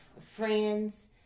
friends